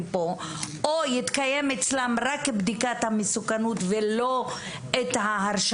כאן או התקיימה אצלן רק בדיקת המסוכנות ולא ההרשעות